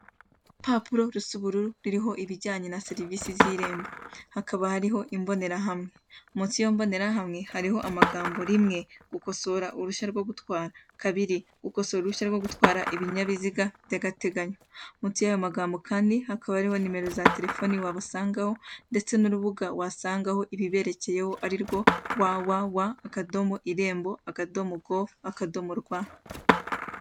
Urupapuro rusa ubururu ruriho ibijyanye na serivisi z'irembo, hakaba hariho imbonerahamwe, munsi y'iyo mbonerahamwe hakaba hariho amagambo rimwe gukosora uruhushya rwo gutwara, kabiri gukosora uruhushya rwo gutwara ibinyabiziga by'agateganyo, munsi y'ayo magambo kandi hakaba hariho numero za terefoni wabasangaho ndetse n'urubuga wasangaho ibiberekeyeho arirwo wa wa wa akadomo irembo akadomo govu akadomo rwa.